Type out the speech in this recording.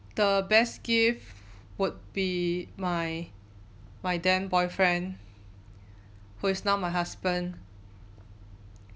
the best gift would be my my then boyfriend who is now my husband